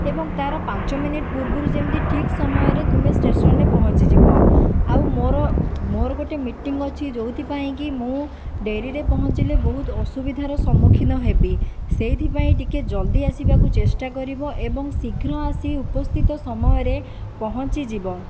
ଏବଂ ତାର ପାଞ୍ଚ ମିନିଟ ପୂର୍ବରୁ ଯେମିତି ଠିକ୍ ସମୟରେ ତୁମେ ଷ୍ଟେସନରେ ପହଁଞ୍ଚିଯିବ ଆଉ ମୋର ମୋର ଗୋଟିଏ ମିଟିଂ ଅଛି ଯେଉଁଥି ପାଇଁକି ମୁଁ ଡେରିରେ ପହଁଞ୍ଚିଲେ ବହୁତ ଅସୁବିଧାର ସମ୍ମୁଖୀନ ହେବି ସେଇଥିପାଇଁ ଟିକେ ଜଲ୍ଦି ଆସିବାକୁ ଚେଷ୍ଟା କରିବ ଏବଂ ଶୀଘ୍ର ଆସି ଉପସ୍ଥିତ ସମୟରେ ପହଁଞ୍ଚିଯିବ